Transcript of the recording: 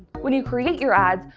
when you create your ads,